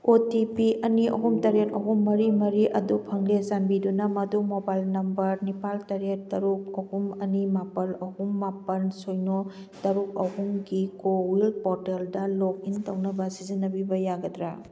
ꯑꯣ T P ꯑꯅꯤ ꯑꯍꯨꯝ ꯇꯔꯦꯠ ꯑꯍꯨꯝ ꯃꯔꯤ ꯃꯔꯤ ꯑꯗꯨ ꯐꯪꯂꯦ ꯆꯥꯟꯕꯤꯗꯨꯅ ꯃꯗꯨ ꯃꯣꯕꯥꯏꯜ ꯅꯝꯕꯔ ꯅꯤꯄꯥꯜ ꯇꯔꯦꯠ ꯇꯔꯨꯛ ꯑꯍꯨꯝ ꯑꯅꯤ ꯃꯥꯄꯜ ꯑꯍꯨꯝ ꯃꯥꯄꯜ ꯁꯨꯏꯅꯣ ꯇꯔꯨꯛ ꯑꯍꯨꯝꯒꯤ ꯀꯣꯋꯤꯜ ꯄꯣꯔꯇꯦꯜꯗ ꯂꯣꯛꯏꯟ ꯇꯧꯅꯕ ꯁꯤꯖꯤꯟꯅꯕꯤꯕ ꯌꯥꯒꯗ꯭ꯔꯥ